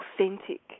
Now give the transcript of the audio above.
authentic